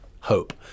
hope